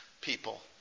people